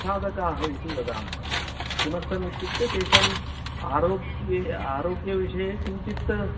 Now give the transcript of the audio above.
साधकाः इति वदामः किमर्थमित्युक्ते तेषाम् आरोग्ये आरोग्यविषये किञ्चित्